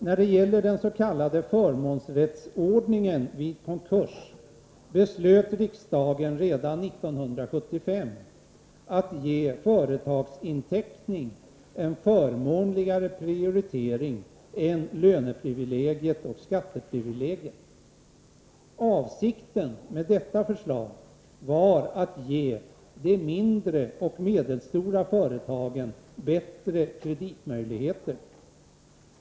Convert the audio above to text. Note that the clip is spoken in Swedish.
När det gäller den s.k. förmånsrättsordningen vid konkurs vill jag peka på att riksdagen redan 1975 beslöt att ge företagsinteckning en förmånligare prioritering än löneprivilegiet och skatteprivilegiet. Avsikten med detta förslag var att ge de mindre och medelstora företagen bättre kreditmöjligheter.